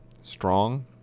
strong